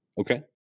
Okay